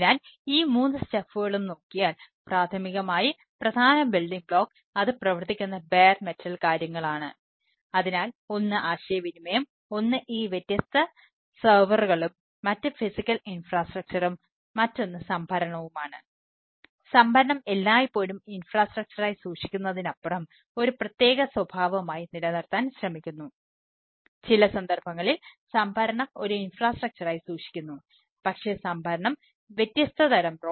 അതിനാൽ ഈ മൂന്ന് സ്റ്റഫുകളും സ്വഭാവം